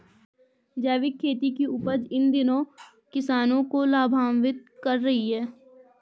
जैविक खेती की उपज इन दिनों किसानों को लाभान्वित कर रही है